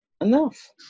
enough